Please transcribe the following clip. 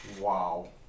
Wow